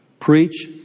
Preach